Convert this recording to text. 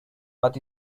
but